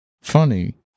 funny